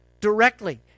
directly